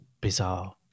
bizarre